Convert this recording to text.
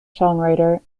songwriter